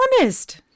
honest